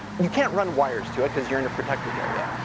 you can't run wires to it, cause you're in a protected area.